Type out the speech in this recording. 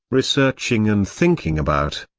researching and thinking about.